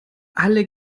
alle